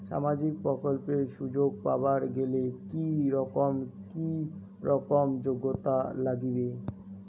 সামাজিক প্রকল্পের সুযোগ পাবার গেলে কি রকম কি রকম যোগ্যতা লাগিবে?